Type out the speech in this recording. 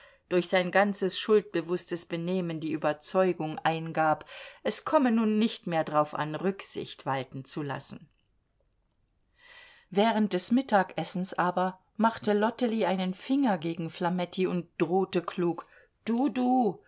durch sein ganzes schuldbewußtes benehmen die überzeugung eingab es komme nun nicht mehr drauf an rücksicht walten zu lassen während des mittagessens aber machte lottely einen finger gegen flametti und drohte klug du du